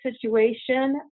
situation